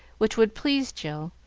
which would please jill,